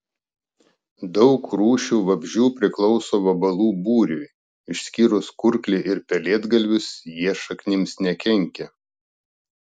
daug rūšių vabzdžių priklauso vabalų būriui išskyrus kurklį ir pelėdgalvius jie šaknims nekenkia